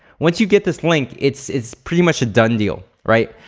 once you get this link it's it's pretty much a done deal, right?